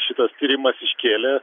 šitas tyrimas iškėlė